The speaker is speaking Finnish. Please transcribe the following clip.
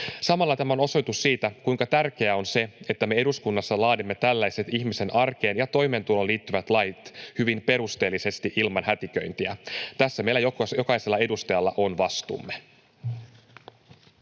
Samalla tämä on osoitus siitä, kuinka tärkeää on, että me eduskunnassa laadimme tällaiset ihmisen arkeen ja toimeentuloon liittyvät lait hyvin perusteellisesti, ilman hätiköintiä. Tässä meillä jokaisella edustajalla on vastuumme.